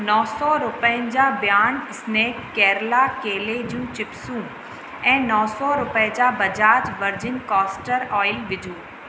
नौ सौ रुपियनि जा बियॉन्ड स्नैक केरला केले जूं चिप्सूं ऐं नौ सौ रुपए जा बजाज वर्जिन कॉस्टर ऑइल विझो